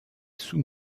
sous